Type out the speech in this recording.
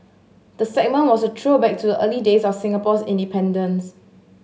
the segment was a throwback to early days of Singapore's independence